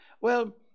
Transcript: Well